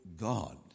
God